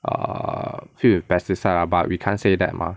err filled with pesticides lah but we can't say that mah